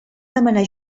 demanar